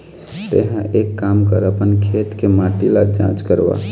तेंहा एक काम कर अपन खेत के माटी ल जाँच करवा